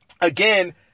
again